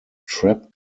trap